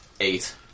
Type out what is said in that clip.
Eight